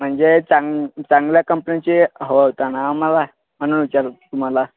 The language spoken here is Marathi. म्हणजे चांग चांगल्या कंपनीची हवा होता ना आम्हाला म्हणून विचारत होतो तुम्हाला